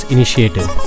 Initiative